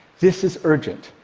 this is urgent.